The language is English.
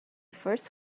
first